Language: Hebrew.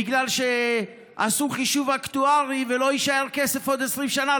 בגלל שעשו חישוב אקטוארי ולא יישאר כסף עוד 20 שנה,